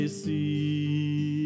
see